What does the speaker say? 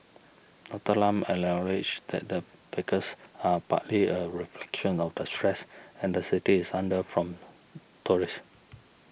Doctor Lam acknowledges that the fracas are partly a reflection of the stress and the city is under from tourists